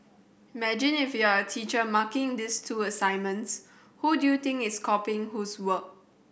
imagine if you are teacher marking these two assignments who do you think is copying whose work